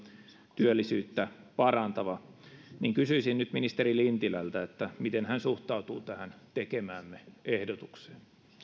työllisyyttä parantava kysyisin nyt ministeri lintilältä miten hän suhtautuu tähän tekemäämme ehdotukseen